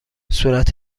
صورت